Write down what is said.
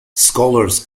scholars